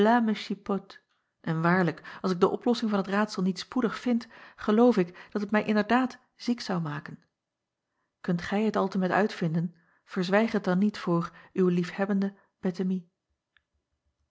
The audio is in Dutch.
en waarlijk als ik de oplossing van het raadsel niet spoedig vind geloof ik dat het mij inderdaad ziek zou maken unt gij het altemet uitvinden verzwijg het dan niet voor w liefhebbende